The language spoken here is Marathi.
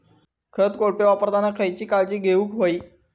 खत कोळपे वापरताना खयची काळजी घेऊक व्हयी?